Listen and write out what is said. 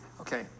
Okay